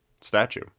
statue